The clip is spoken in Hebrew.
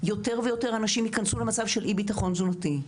יותר ויותר אנשים יכנסו למצב של אי ביטחון תזונתי.